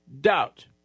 doubt